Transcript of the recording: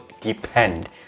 depend